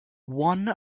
one